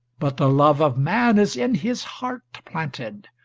but the love of man is in his heart planted,